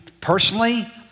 personally